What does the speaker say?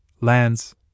lands